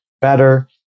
better